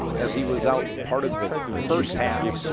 as he was out part of the first half.